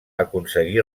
aconseguir